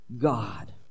God